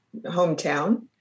hometown